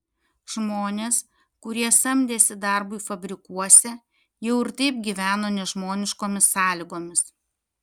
žmonės kurie samdėsi darbui fabrikuose jau ir taip gyveno nežmoniškomis sąlygomis